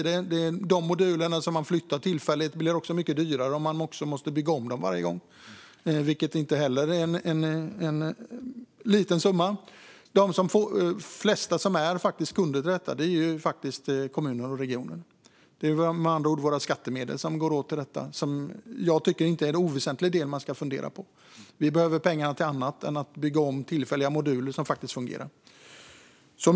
De moduler som man flyttar tillfälligt blir mycket dyrare om man måste bygga om dem varje gång. Det är inte heller någon liten summa. De flesta kunderna är faktiskt kommuner och regioner. Det är med andra ord våra skattemedel som går åt till detta, vilket jag tycker är en icke oväsentlig del att fundera på. Vi behöver pengarna till annat än att bygga om tillfälliga moduler som faktiskt fungerar.